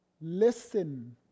Listen